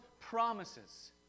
promises